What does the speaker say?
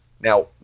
Now